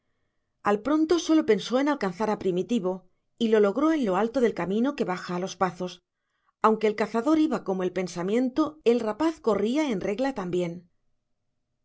al pronto sólo pensó en alcanzar a primitivo y lo logró en lo alto del camino que baja a los pazos aunque el cazador iba como el pensamiento el rapaz corría en regla también